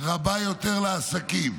רבה יותר לעסקים.